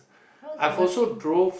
how's Mersing